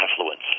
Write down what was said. affluence